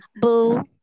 Boo